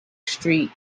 street